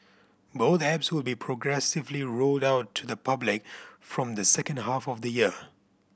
both apps will be progressively rolled out to the public from the second half of the year